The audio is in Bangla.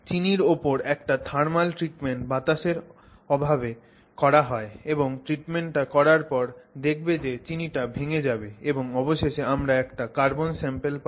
চিনির ওপর একটা থার্মাল ট্রিটমেন্ট বাতাসের অভাবে করা হয় এই ট্রিটমেন্টটা করার পরে দেখবে যে চিনিটা ভেঙ্গে যাবে এবং অবশেষে আমরা একটা কার্বন স্যাম্পল পাবো